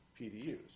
PDUs